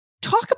Talk